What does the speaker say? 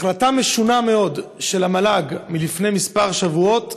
החלטה משונה מאוד של המל"ג מלפני כמה שבועות,